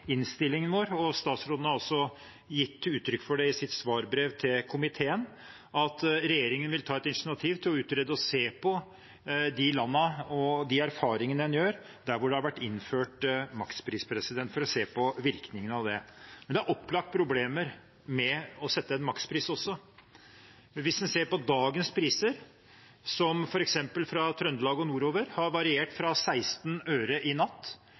sitt svarbrev til komiteen – at regjeringen vil ta initiativ til å utrede og se på hvilke erfaringer en gjør i de landene som har innført makspris, for å se på virkningene av det. Men det er opplagt problemer med å sette en makspris. Hvis en ser på dagens priser, som f.eks. fra Trøndelag og nordover har variert fra 16 øre i natt